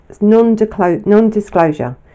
non-disclosure